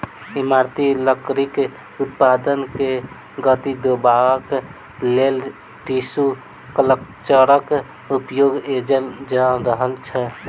इमारती लकड़ीक उत्पादन के गति देबाक लेल टिसू कल्चरक उपयोग कएल जा रहल छै